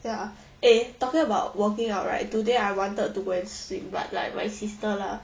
ya eh talking about working out right today I wanted to go and swim but like my sister lah